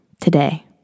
today